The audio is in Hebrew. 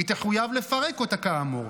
היא תחויב לפרק אותה, כאמור.